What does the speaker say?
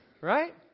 right